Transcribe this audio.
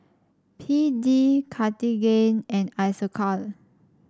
B D Cartigain and Isocal